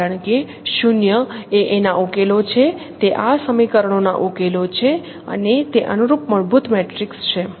કારણ કે 0 એ એનાં ઉકેલો છે તે આ સમીકરણોનાં ઉકેલો છે અને તે અનુરૂપ મૂળભૂત મેટ્રિક્સ છે